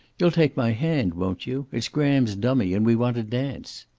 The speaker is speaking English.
you'll take my hand, won't you? it's graham's dummy, and we want to dance.